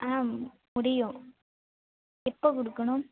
ஆ முடியும் எப்போ கொடுக்கணும்